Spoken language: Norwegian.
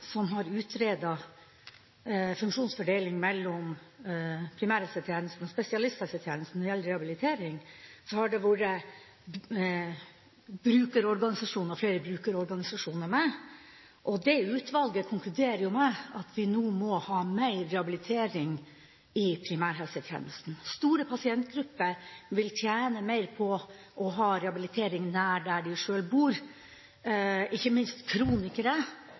som har utredet funksjonsfordeling mellom primærhelsetjenesten og spesialisthelsetjenesten når det gjelder rehabilitering, har det vært flere brukerorganisasjoner med. Utvalget konkluderer med at vi nå må ha mer rehabilitering i primærhelsetjenesten. Store pasientgrupper vil tjene mer på å ha rehabilitering nært der de selv bor – ikke minst gjelder det kronikere,